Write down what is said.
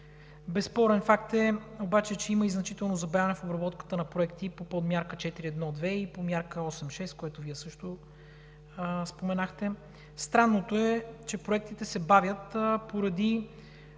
Безспорен факт е обаче, че има значително забавяне в обработката на Проекта и по Подмярка 4.1.2, и по Мярка 8.6, което Вие също споменахте. Странното е, че проектите се бавят поради